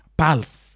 pulse